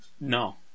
No